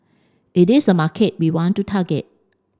it is a market we want to target